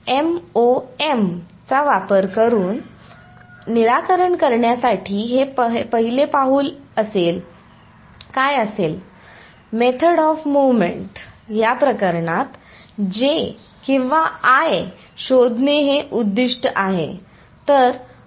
तर MoM चा वापर करुन निराकरण करण्यासाठी हे पहिले पाऊल काय असेल मेथड ऑफ मुव्हमेंट या प्रकरणात J किंवा I शोधणे हे उद्दीष्ट आहे